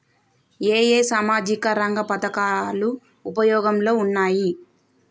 ఏ ఏ సామాజిక రంగ పథకాలు ఉపయోగంలో ఉన్నాయి?